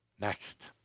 Next